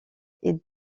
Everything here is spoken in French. est